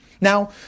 Now